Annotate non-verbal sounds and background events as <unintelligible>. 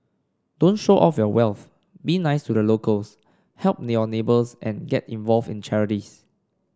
don't show off your wealth be nice to the locals help <unintelligible> neighbours and get involved in charities